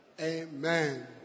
Amen